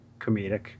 comedic